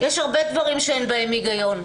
יש הרבה דברים שאין בהם היגיון.